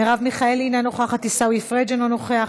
מרב מיכאלי, אינה נוכחת, עיסאווי פריג' אינו נוכח,